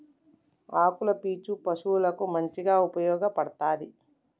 ఆకుల పీచు పశువులకు మంచిగా ఉపయోగపడ్తది